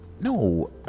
no